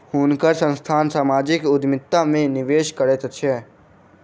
हुनकर संस्थान सामाजिक उद्यमिता में निवेश करैत अछि